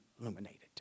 illuminated